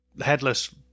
headless